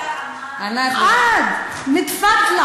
את חברת הכנסת ברקו?